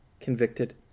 convicted